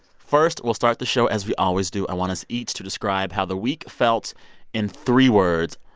first, we'll start the show as we always do. i want us each to describe how the week felt in three words.